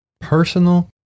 personal